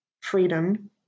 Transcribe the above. freedom